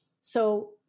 So-